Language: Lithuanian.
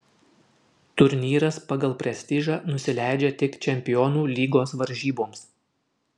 turnyras pagal prestižą nusileidžia tik čempionų lygos varžyboms